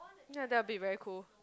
ya that'll be very cool